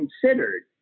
considered